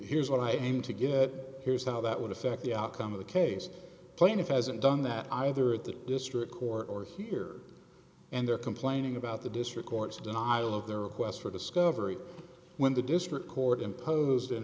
here's what i came to get here's how that would affect the outcome of the case plaintiff hasn't done that either at the district court or here and they're complaining about the district court's denial of their request for discovery when the district court impose